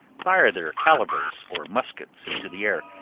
fire their calivers, or muskets, into the air,